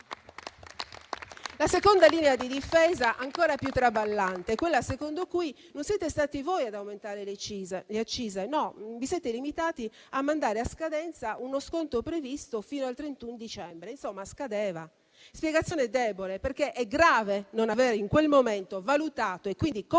La seconda linea di difesa, ancora più traballante, è quella secondo cui non siete stati voi ad aumentare le accise, ma vi siete limitati a mandare a scadenza uno sconto previsto fino al 31 dicembre. Insomma, scadeva. Tale spiegazione è debole perché è grave non aver in quel momento valutato e confermato